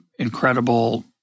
incredible